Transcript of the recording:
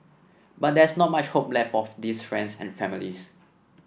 but there's not much hope left for these friends and families